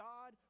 God